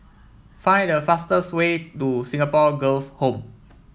find the fastest way to Singapore Girls' Home